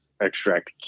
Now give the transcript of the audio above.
extract